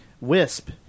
Wisp